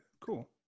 cool